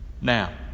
Now